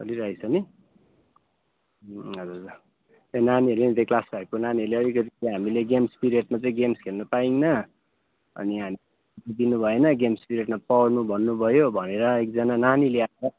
चलिरहेको छ नि हजुर ए नानीहरूले नि त्यही क्लास फाइभको नानीहरूले अलिकति त्यहाँ हामीले गेम्स पिरियडमा चाहिँ हामीले गेम्स खेल्नु पाइन्न अनि हामी छुट्टी दिनुभएन गेम्स पिरियडमा पढ्नु भन्नुभयो भनेर एकजना नानीले आएर